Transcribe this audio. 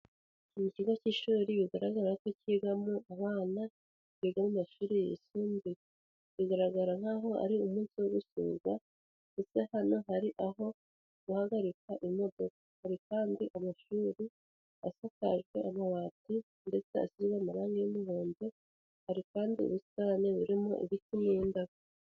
Mu kigo cy'ishuri bigaragara ko cyigamo abana biga mu mashuri yisumbuye, bigaragara nk'aho ari umunsi wo gusurwa, ndetse hano hari aho guhagarika imodoka; hari kandi amashuri asakajwe amabati, ndetse asize amarangi y'umuhondo, hari kandi ubusitani burimo ibiti n'indabo.